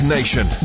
Nation